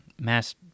mass